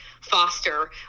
foster